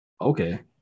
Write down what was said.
okay